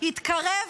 התקרב